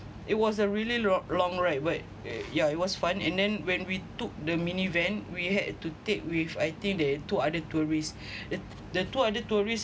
it was a really long ride but yeah it was fun and then when we took the mini van we had to take with I think they add two other tourists the the two other tourist